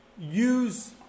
use